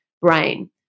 brain